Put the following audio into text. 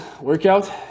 workout